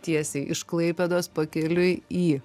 tiesiai iš klaipėdos pakeliui į